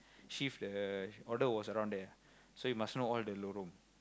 shift the order was around there ah so you must know all the lorong